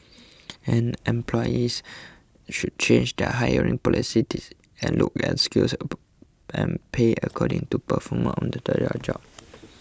and employers should change their hiring policies and look at skills and pay according to performance on the job